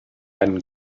einem